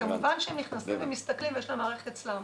כמובן שהם נכנסים ומסתכלים ויש את המערכת אצלם.